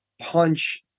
punch